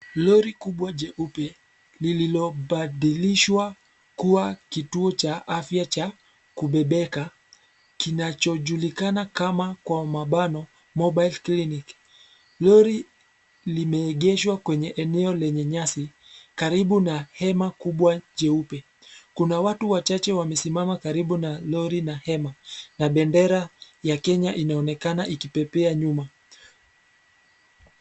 Lori kubwa jeupe, lililobadilishwa, kuwa kituo cha afya cha, kubebeka, kinachojulikana kama kwa mabano, Mobile Clinic , lori, limeegeshwa kwenye eneo lenye nyasi, karibu na hema kubwa jeupe, kuna watu wachache wamesimama karibu na lori na hema, na bendera ya Kenya, inaonekana ikipepea nyuma.